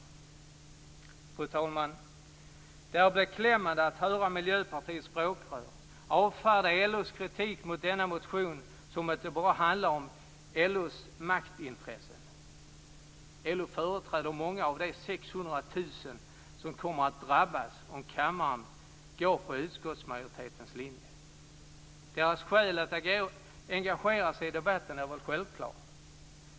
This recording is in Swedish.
Fru talman! Det är beklämmande att höra Miljöpartiets språkrör avfärda LO:s kritik mot denna motion som om att det bara handlar om LO:s maktintressen. LO företräder många av de 600 000 som kommer att drabbas om kammaren i dag går på utskottsmajoritetens linje. Deras skäl att engagera sig i debatten är självklart.